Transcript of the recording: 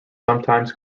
sometimes